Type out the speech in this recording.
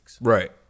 Right